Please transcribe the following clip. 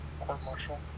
court-martial